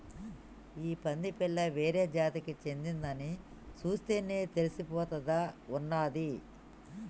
ఈ పంది పిల్ల వేరే జాతికి చెందిందని చూస్తేనే తెలిసిపోతా ఉన్నాది